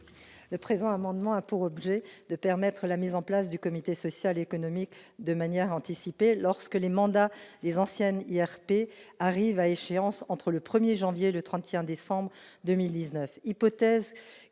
Le présent amendement a pour objet de permettre la mise en place du comité social et économique de manière anticipée lorsque les mandats des anciennes IRP arrivent à échéance entre le 1 janvier et le 31 décembre 2019,